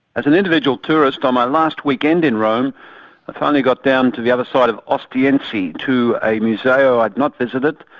as an individual tourist, on my last weekend in rome, i finally got down to the other side of ostiense, to a museo i'd not visited.